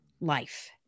life